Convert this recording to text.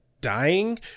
dying